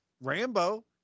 Rambo